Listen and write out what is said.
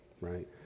right